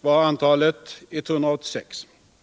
var antalet 186.